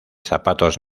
zapatos